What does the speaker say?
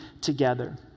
together